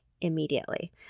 immediately